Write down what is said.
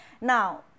Now